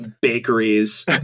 bakeries